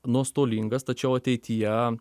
nuostolingas tačiau ateityje